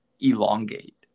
elongate